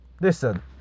Listen